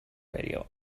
radio